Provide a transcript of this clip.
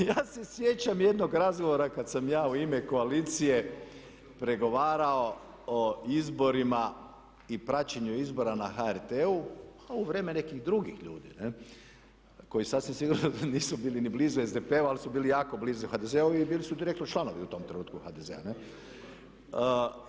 I ja se sjećam jednog razgovora kada sam ja u ime koalicije pregovarao o izborima i praćenju izbora na HRT-u u vrijeme nekih drugih ljudi koji sasvim sigurno da nisu bili ni blizu SDP-u ali su bili jako blizu HDZ-u i bili su direktno članovi u tom trenutku HDZ-a.